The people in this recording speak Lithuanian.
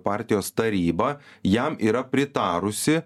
partijos taryba jam yra pritarusi